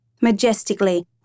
Majestically